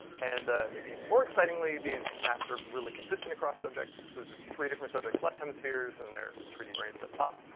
and maybe even more excitingly, these maps are really consistent across subjects. so this is three different subjects, left hemispheres, and their three d brains up top.